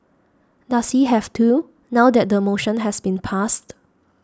does he have to now that the motion has been passed